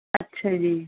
ਅੱਛਾ ਜੀ